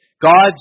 God's